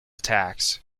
attacks